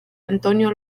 antonio